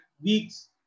weeks